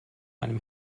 einem